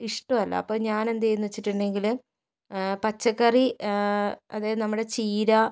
ഇഷ്ടവല്ല അപ്പോൾ ഞാനെന്തു ചെയ്യും എന്ന് വച്ചിട്ടുണ്ടെങ്കില് പച്ചക്കറി അതായത് നമ്മുടെ ചീര